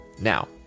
Now